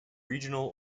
regional